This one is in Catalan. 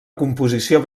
composició